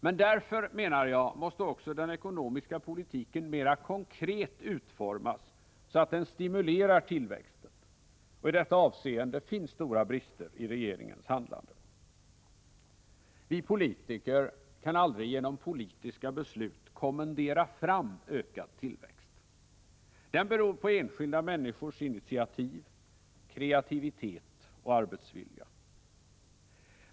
Men därför, menar jag, måste också den ekonomiska politiken mera konkret utformas så att den stimulerar tillväxten, och i detta avseende finns stora brister i regeringens handlande. Vi politiker kan aldrig genom politiska beslut kommendera fram ökad tillväxt. Den beror på enskilda människors initiativ, kreativitet och arbetsvilja.